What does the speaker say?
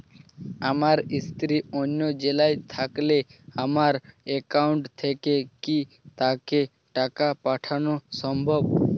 আমার স্ত্রী অন্য জেলায় থাকলে আমার অ্যাকাউন্ট থেকে কি তাকে টাকা পাঠানো সম্ভব?